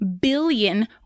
billion